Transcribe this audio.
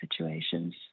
situations